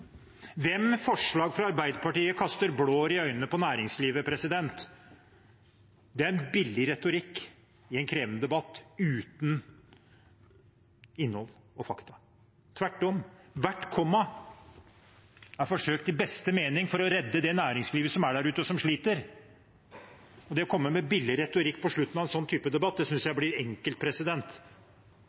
forslag fra Arbeiderpartiet kaster blår i øynene på næringslivet? Det er billig retorikk i en krevende debatt uten innhold og fakta. Tvert om: Hvert komma er forsøkt i beste mening å redde det næringslivet som er der ute, og som sliter. Det å komme med billig retorikk på slutten av en slik debatt synes jeg blir enkelt.